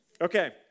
Okay